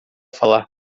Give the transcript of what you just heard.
falar